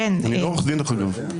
אני לא עו"ד דרך אגב.